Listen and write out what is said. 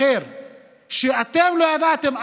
אחר, שאתם לא ידעתם.